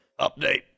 Update